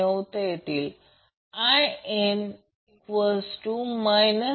म्हणून यात कोणताही गोंधळ होऊ नये